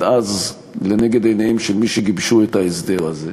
אז לנגד עיניהם של מי שגיבשו את ההסדר הזה.